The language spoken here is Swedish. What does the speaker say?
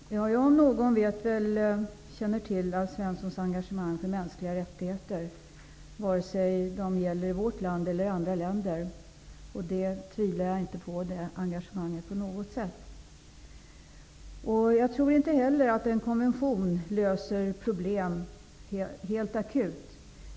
Herr talman! Jag om någon känner till Alf Svenssons engagemang för mänskliga rättigheter oavsett om det gäller vårt land eller andra länder. Jag tvivlar inte på det engagemanget på något sätt. Jag tror inte heller att en konvention löser problem helt akut.